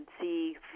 see